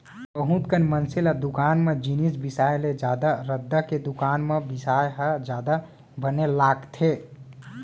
बहुत मनसे ल दुकान म जिनिस बिसाय ले जादा रद्दा के दुकान म बिसाय ह जादा बने लागथे